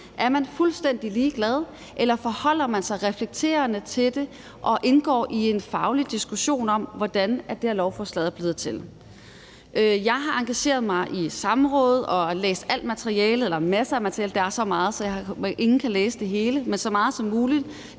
Er man fuldstændig ligeglad, eller forholder man sig reflekterende til det og indgår i en faglig diskussion om, hvordan det her lovforslag er blevet til? Jeg har engageret mig i samråd og læst masser af materiale – der er så meget, at ingen kan læse det hele – læst så meget som muligt.